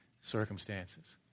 circumstances